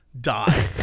die